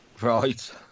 Right